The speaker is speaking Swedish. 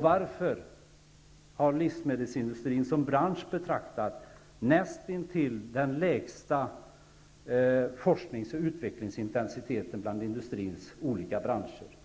Varför har livsmedelsindustrin som bransch betraktad näst intill den lägsta forsknings och utvecklingsintensiteten bland industrins olika branscher?